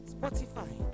Spotify